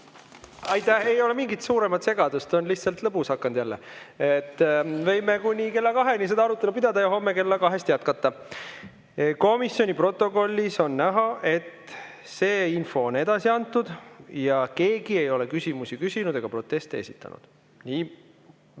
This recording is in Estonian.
Aitäh! Ei ole mingit suuremat segadust, on lihtsalt lõbus hakanud jälle. Me võime kuni kella kaheni seda arutelu pidada ja homme kella kahest jätkata. Komisjoni protokollis on näha, et see info on edasi antud ja keegi ei ole küsimusi küsinud ega proteste esitanud. Nii